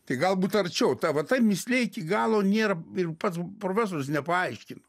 tai galbūt arčiau ta va ta mįslė iki galo nėra ir pats profesorius nepaaiškino